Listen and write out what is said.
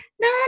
no